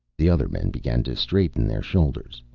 the other men began to straighten their shoulders.